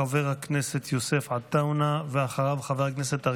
חבר הכנסת יוסף עטאונה,